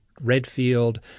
Redfield